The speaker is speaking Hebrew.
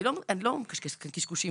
אני לא מקשקשת כאן קשקושים.